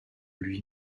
lui